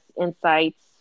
insights